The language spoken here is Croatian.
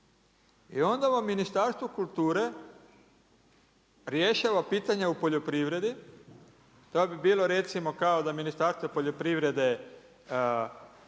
I onda vam Ministarstvo kulture rješava pitanja u poljoprivredi, to bi bilo recimo kao da Ministarstvo poljoprivrede